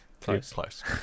Close